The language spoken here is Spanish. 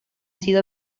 sido